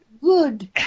good